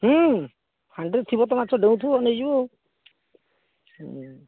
ହୁଁ ହାଣ୍ଡିରେ ଥିବ ତ ମାଛ ଡ଼େଉଁଥିବ ନେଇଯିବ ହୁଁ